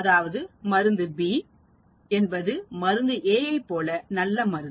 அதாவது மருந்து B என்பது மருந்து A ஐப் போன்ற நல்ல மருந்து